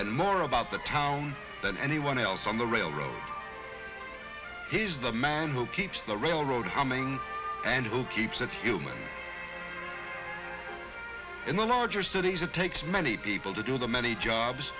and more about the town than anyone else on the railroad he's the man who keeps the railroad how many and who keeps that human in the larger cities it takes many people to do the many jobs